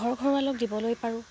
ঘৰখনকলৈ অলপ দিবলৈ পাৰোঁ